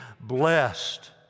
blessed